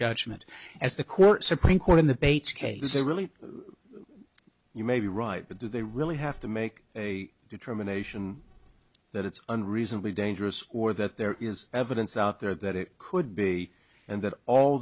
judgment as the court supreme court in the bates case is really you may be right but do they really have to make a determination that it's unreasonably dangerous or that there is evidence out there that it could be and that all